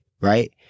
right